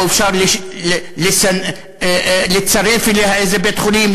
או אפשר לצרף אליה איזה בית-חולים,